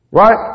right